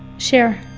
share.